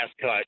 cut